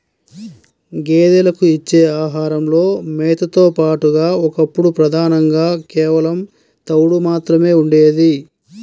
గేదెలకు ఇచ్చే ఆహారంలో మేతతో పాటుగా ఒకప్పుడు ప్రధానంగా కేవలం తవుడు మాత్రమే ఉండేది